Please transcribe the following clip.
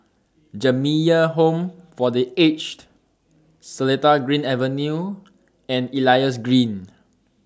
Jamiyah Home For The Aged Seletar Green Avenue and Elias Green